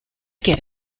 get